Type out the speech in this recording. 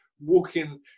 walking